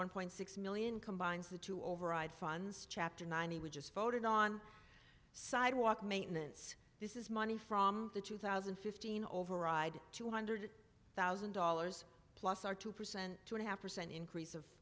one point six million combines the to override funds chapter nine he was just voted on sidewalk maintenance this is money from the two thousand and fifteen override two hundred thousand dollars plus our two percent two and a half percent increase of